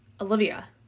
Olivia